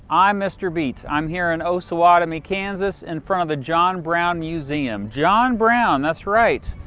i'm mr. beat i'm here in osawatomie, kansas in front of the john brown museum. john brown, that's right.